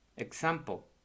example